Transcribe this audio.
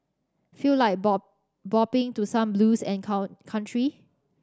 feel like bow bopping to some blues and cow country